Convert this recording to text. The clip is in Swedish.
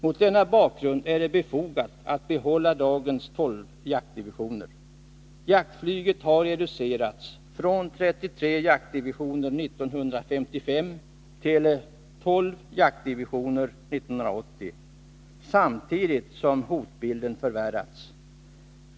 Mot denna bakgrund är det befogat att behålla dagens tolv jaktdivisioner. Jaktflyget har reducerats från 33 jaktdivisioner 1955 till 12 jaktdivisioner 1980, samtidigt som hotbilden förvärrats.